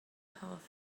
path